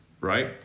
right